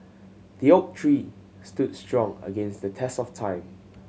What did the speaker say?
the oak tree stood strong against the test of time